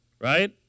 right